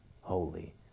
holy